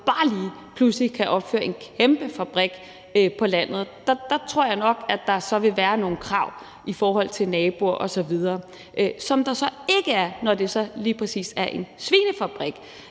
bare lige pludselig kan opføre en kæmpe fabrik på landet. Der tror jeg nok, at der vil være nogle krav i forhold til naboer osv., hvad der ikke er, når det lige præcis drejer sig om en svinefabrik.